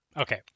okay